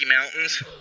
mountains